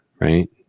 right